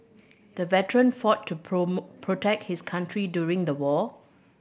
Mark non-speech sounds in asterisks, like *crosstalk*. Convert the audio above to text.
the veteran fought to *unintelligible* protect his country during the war